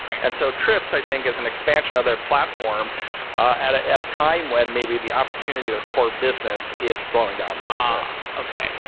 and so trips, i think, is an expansion of their platform at at a time when maybe the opportunity, their core business, is slowing down ah a